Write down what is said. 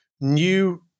new